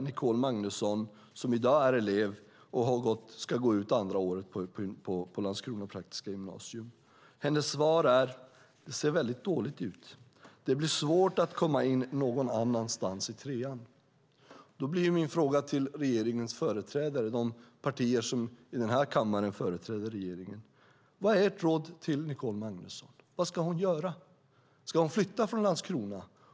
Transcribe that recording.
Det är Nicole Magnusson, som i dag är elev och ska gå ut andra året på Landskrona praktiska gymnasium. Hennes svar är: Det ser väldigt dåligt ut. Det blir svårt att komma in någon annanstans i trean. Då blir min fråga till regeringens företrädare, de partier som i den här kammaren företräder regeringen: Vad är ert råd till Nicole Magnusson? Vad ska hon göra? Ska hon flytta från Landskrona?